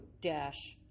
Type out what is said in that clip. Dash